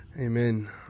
Amen